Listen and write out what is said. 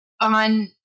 on